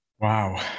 Wow